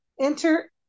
Enter